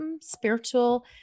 spiritual